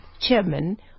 chairman